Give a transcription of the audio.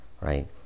right